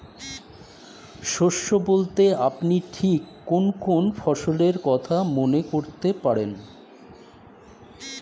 শস্য বলতে আপনি ঠিক কোন কোন ফসলের কথা মনে করতে পারেন?